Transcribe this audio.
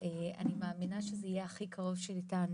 אני מאמינה שזה יהיה הכי קרוב שניתן,